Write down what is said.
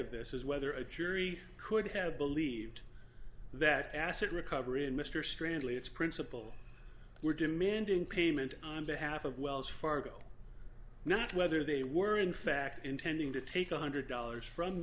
of this is whether a jury could have believed that asset recovery and mr stranded its principal were demanding payment on behalf of wells fargo not whether they were in fact intending to take one hundred dollars from